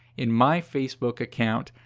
in my facebook account.